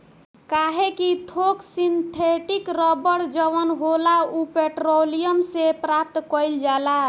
काहे कि थोक सिंथेटिक रबड़ जवन होला उ पेट्रोलियम से प्राप्त कईल जाला